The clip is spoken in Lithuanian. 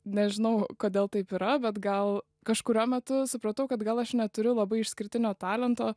nežinau kodėl taip yra bet gal kažkuriuo metu supratau kad gal aš neturiu labai išskirtinio talento